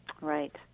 Right